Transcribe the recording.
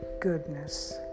goodness